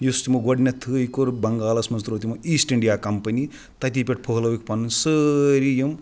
یُس تِمو گۄڈنٮ۪تھٕے کوٚر بںٛگالَس منٛز ترٛوو تِمو ایٖسٹ اِنڈیا کَمپٔنی تَتی پٮ۪ٹھ پھٲلٲوِکھ پَنٕںۍ سٲری یِم